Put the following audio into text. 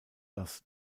das